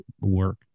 work